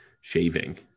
shaving